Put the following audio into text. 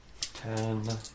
ten